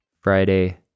Friday